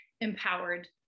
empowered